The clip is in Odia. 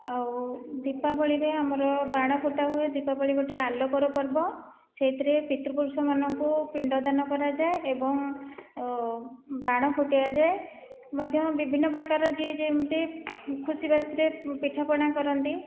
ଆଉ ଦୀପାବଳୀରେ ଆମର ବାଣ ଫୁଟାହୁଏ ଦୀପାବଳି ଗୋଟିଏ ଆଲୋକର ପର୍ବ ସେଇଥିରେ ପିତୃପୁରୁଷମାନଙ୍କୁ ପିଣ୍ଡଦାନ କରାଯାଏ ଏବଂ ବାଣ ଫୁଟାଯାଏ ମଧ୍ୟ ବିଭିନ୍ନ ପ୍ରକାର ଯିଏ ଯେମିତି ଖୁସିବାସିରେ ପିଠାପଣା କରନ୍ତି